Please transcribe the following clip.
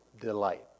delight